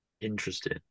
Interesting